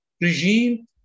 Regime